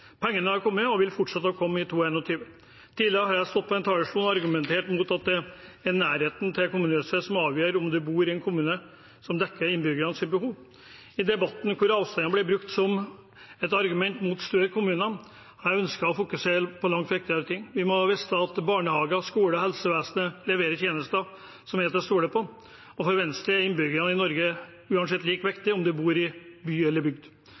Pengene er kommet og vil fortsette å komme i 2021. Tidligere har jeg stått på denne talerstolen og argumentert mot at det er nærheten til kommunehuset som avgjør om du bor i en kommune som dekker innbyggernes behov. I debatten hvor avstander blir brukt som et argument mot større kommuner, har jeg ønsket å fokusere på langt viktigere ting. Vi må vite at barnehager, skoler og helsevesen leverer tjenester som er til å stole på, og for Venstre er innbyggerne i Norge like viktige, uansett om man bor i by eller bygd.